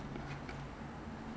有时天气热 I also feel